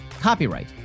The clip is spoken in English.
Copyright